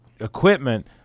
equipment